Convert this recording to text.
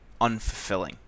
unfulfilling